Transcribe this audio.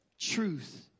truth